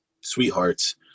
sweethearts